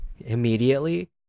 immediately